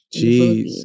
Jeez